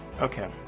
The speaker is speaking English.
okay